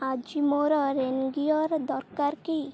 ଆଜି ମୋର ରେନ୍ଗିୟର୍ ଦରକାର କି